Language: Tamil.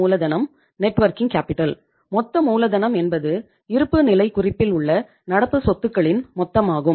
மொத்த மூலதனம் என்பது இருப்புநிலைக் குறிப்பில் உள்ள நடப்பு சொத்துகளின் மொத்தமாகும்